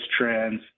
trends